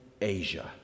Asia